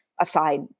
aside